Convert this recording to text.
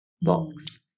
box